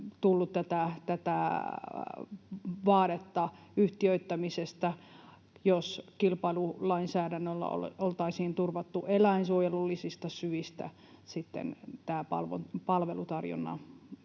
vaadetta yhtiöittämisestä ei olisi tullut, jos kilpailulainsäädännöllä oltaisiin turvattu eläinsuojelullisista syistä laajemman palvelutarjonnan